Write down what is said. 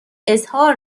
اظهار